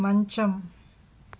మంచం